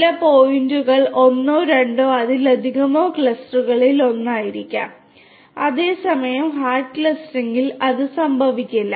ചില പോയിന്റുകൾ രണ്ടോ അതിലധികമോ ക്ലസ്റ്ററുകളിൽ ഒന്നായിരിക്കാം അതേസമയം ഹാർഡ് ക്ലസ്റ്ററിംഗിൽ അത് സംഭവിക്കില്ല